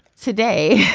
today